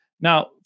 Now